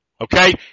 okay